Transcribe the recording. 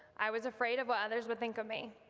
i was afraid of what others would think of me,